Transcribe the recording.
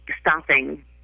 stopping